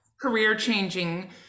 career-changing